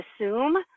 assume